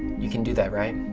you can do that, right?